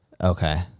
okay